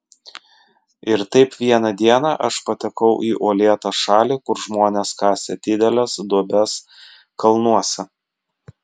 ir taip vieną dieną aš patekau į uolėtą šalį kur žmonės kasė dideles duobes kalnuose